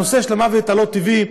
נושא המוות הלא-טבעי,